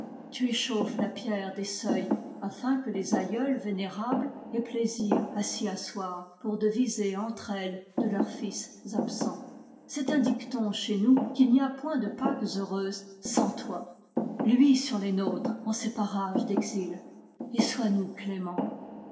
tu échauffes la pierre des seuils afin que les aïeules vénérables aient plaisir à s y asseoir pour deviser entre elles de leurs fils absents c est un dicton chez nous qu'il n'y a point de pâques heureuses sans toi luis sur les nôtres en ces parages d exil et sois nous clément